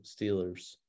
Steelers